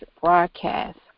broadcast